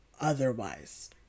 otherwise